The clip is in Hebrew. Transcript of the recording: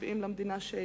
ה-70 למדינה.